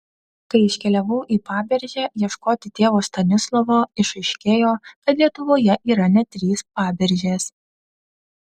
kai iškeliavau į paberžę ieškoti tėvo stanislovo išaiškėjo kad lietuvoje yra net trys paberžės